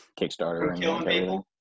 kickstarter